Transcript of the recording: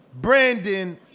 Brandon